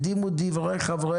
אני אומר שזה פטור ממכרז,